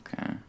Okay